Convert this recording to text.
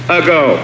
ago